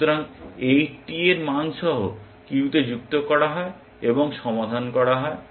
সুতরাং এটি 80 এর মান সহ কিউতে যুক্ত হয় এবং সমাধান করা হয়